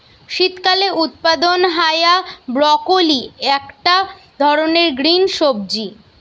শীতকালে উৎপাদন হায়া ব্রকোলি একটা ধরণের গ্রিন সবজি